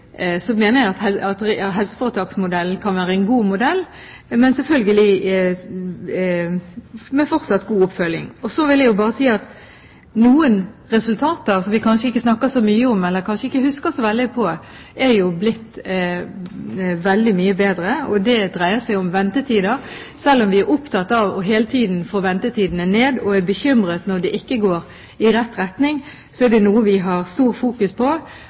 Så vil jeg si at noen resultater, som vi kanskje ikke snakker så mye om eller kanskje ikke husker så veldig på, er blitt veldig mye bedre, og det dreier seg om ventetider. Selv om vi er opptatt av hele tiden å få ventetidene ned og er bekymret når det ikke går i rett retning, er det noe vi har stort fokus på,